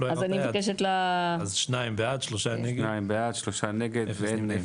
54,